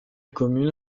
commune